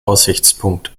aussichtspunkt